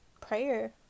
prayer